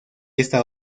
esta